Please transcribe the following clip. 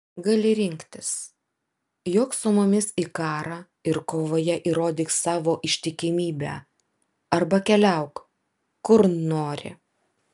gali rinktis jok su mumis į karą ir kovoje įrodyk savo ištikimybę arba keliauk kur nori